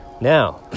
Now